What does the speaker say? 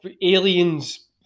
aliens